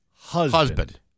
husband